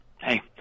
Hey